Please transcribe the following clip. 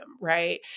right